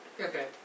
Okay